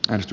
risto